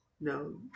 No